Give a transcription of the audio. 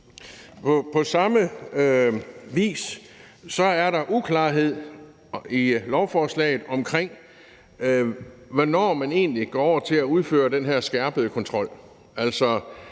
På samme vis er der uklarhed i lovforslaget omkring, hvornår man egentlig går over til at udføre den her skærpede kontrol.